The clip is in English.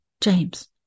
James